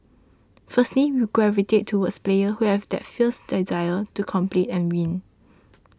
firstly we gravitate towards players who have that fierce desire to compete and win